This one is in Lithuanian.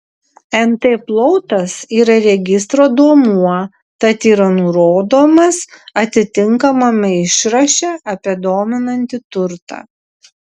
nt plotas yra registro duomuo tad yra nurodomas atitinkamame išraše apie dominantį turtą